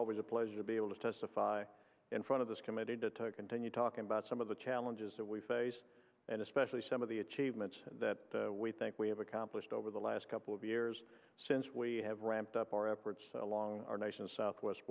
always a pleasure to be able to testify in front of this committee to continue talking about some of the challenges that we face and especially some of the achievements that we think we have accomplished over the last couple of years since we have ramped up our efforts along our nation's southwest